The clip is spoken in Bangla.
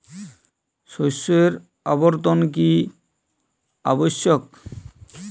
শস্যের আবর্তন কী আবশ্যক?